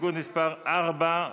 הסתייגות מס' 4,